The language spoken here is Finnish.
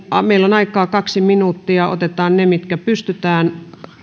meillä on aikaa kaksi minuuttia otetaan ne mitkä pystytään